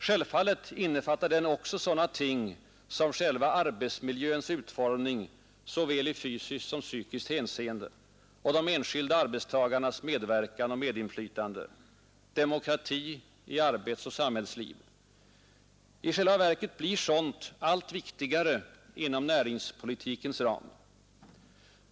Självfallet innefattar den också sådana ting som själva arbetsmiljöns utformning, såväl i fysiskt som i psykiskt hänseende, och de enskilda arbetstagarnas medverkan och medinflytande, demokrati i arbetsoch samhällsliv. I själva verket blir sådant allt viktigare inom näringspolitikens ram.